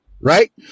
Right